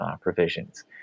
provisions